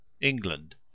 England